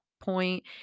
point